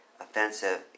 offensive